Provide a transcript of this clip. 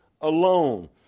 alone